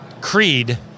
creed